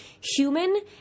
human